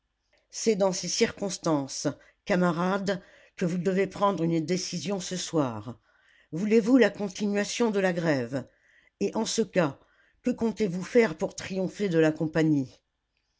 c'est dans ces circonstances camarades que vous devez prendre une décision ce soir voulez-vous la continuation de la grève et en ce cas que comptez-vous faire pour triompher de la compagnie